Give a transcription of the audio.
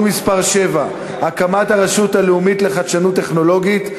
מס' 7) (הקמת הרשות הלאומית לחדשנות טכנולוגית),